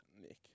Nick